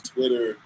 Twitter